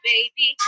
Baby